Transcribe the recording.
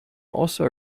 also